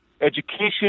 education